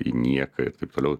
į nieką ir taip toliau